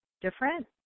different